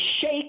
shake